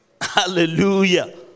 Hallelujah